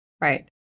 Right